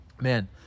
man